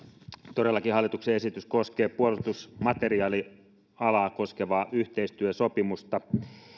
todellakin hallituksen esitys koskee puolustusmateriaalialaa koskevaa yhteistyösopimusta